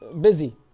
busy